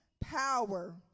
power